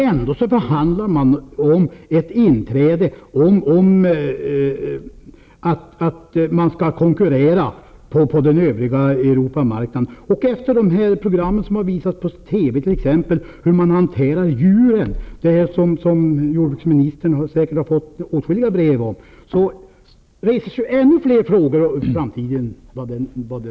Ändå förhandlar man om ett inträde, som innebär att vi skall konkurrera på Europamarknaden. Jordbruksminis tern har säkert fått åtskilliga brev efter de program som har visats i TV om hur djuren hanteras. Nu reses ännu fler frågor om vad framtiden innebär.